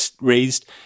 raised